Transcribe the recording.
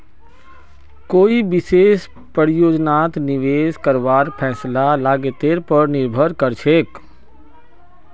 कोई विशेष परियोजनात निवेश करवार फैसला लागतेर पर निर्भर करछेक